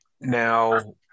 Now